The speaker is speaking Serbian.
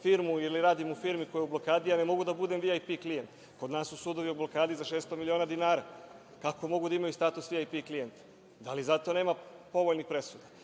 firmu ili radim u firmi koja je u blokadi, ja ne mogu da budem VIP klijent. Kod nas su sudovi u blokadi za 600 miliona dinara. Kako mogu da imaju status VIP klijenta? Da li zato nema povoljnih presuda? Imamo